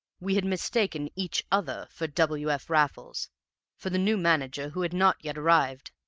we had mistaken each other for w. f. raffles for the new manager who had not yet arrived!